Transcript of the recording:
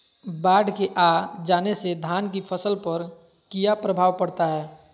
बाढ़ के आ जाने से धान की फसल पर किया प्रभाव पड़ता है?